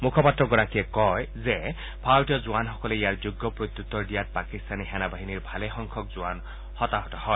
মুখপাত্ৰগৰাকীয়ে কয় যে ভাৰতীয় জোৱানসকলে ইয়াৰ যোগ্য প্ৰত্যুত্তৰ দিয়াত পাকিস্তানী সেনা বাহিনীৰ ভালেসংখ্যক জোৱান হতাহত হয়